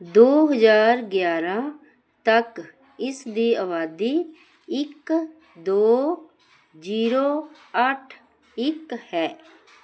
ਦੋ ਹਜ਼ਾਰ ਗਿਆਰ੍ਹਾਂ ਤੱਕ ਇਸਦੀ ਆਬਾਦੀ ਇੱਕ ਦੋ ਜੀਰੋ ਅੱਠ ਇੱਕ ਹੈ